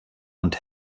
und